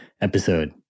episode